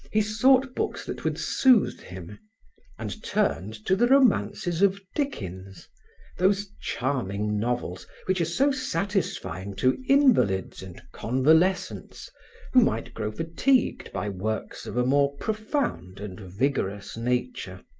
he sought books that would soothe him and turned to the romances of dickens those charming novels which are so satisfying to invalids and convalescents who might grow fatigued by works of a more profound and vigorous nature.